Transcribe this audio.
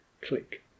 click